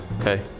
okay